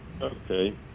Okay